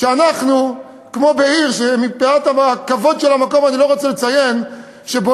שאנחנו כמו בעיר שמפאת כבוד המקום אני לא רוצה לציין את שמה,